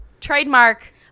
trademark